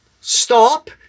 stop